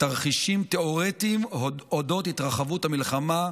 לתרחישים תיאורטיים על אודות התרחבות המלחמה,